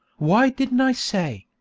why didn't i say,